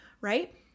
right